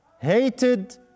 hated